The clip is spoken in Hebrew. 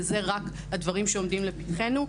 ואלה רק הדברים שעומדים לפתחנו.